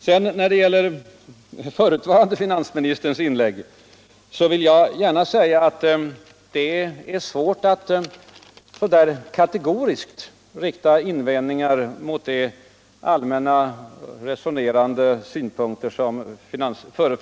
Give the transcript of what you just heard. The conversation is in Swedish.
Vad beträffar förutvarande finansministerns inlägg vill jag gärna framhålla avt der är svårt att rikta kategoriska invändningar mot de allmänna resonerande synpunkter som han frumförde.